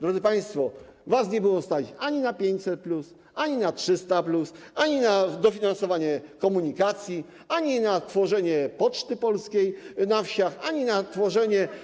Drodzy państwo, was nie było stać ani na 500+, ani na 300+, ani na dofinansowanie komunikacji, ani na tworzenie Poczty Polskiej na wsiach, ani na tworzenie.